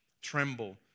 Tremble